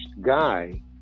guy